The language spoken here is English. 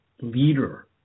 leader